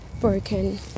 broken